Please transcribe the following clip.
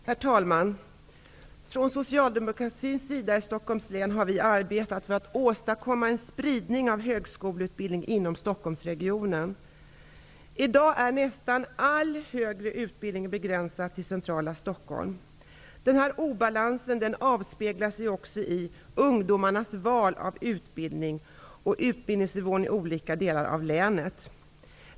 Herr talman! Från socialdemokratins sida i Stockholms län har vi arbetat för att åstadkomma en spridning av högskoleutbildning inom Stockholmregionen. I dag är nästan all högre utbildning begränsad till centrala Stockholm. Den här obalansen avspeglar sig också i ungdomarnas val av utbildning och utbildningsnivån i olika delar av länet.